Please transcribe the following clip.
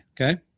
okay